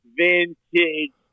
vintage